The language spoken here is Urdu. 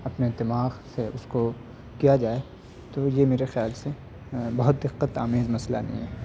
اپنے دماغ سے اس کو کیا جائے تو یہ میرے خیال سے بہت دقت آمیز مسئلہ نہیں ہے